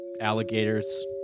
alligators